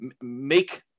make